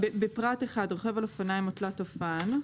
בפרט 1, רוכב על אופניים או תלת אופן,